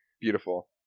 Beautiful